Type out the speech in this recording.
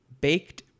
baked